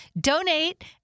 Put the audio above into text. Donate